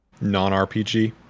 non-RPG